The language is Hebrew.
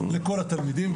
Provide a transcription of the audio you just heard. לכל התלמידים.